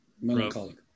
Melancholic